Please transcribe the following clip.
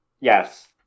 Yes